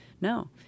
No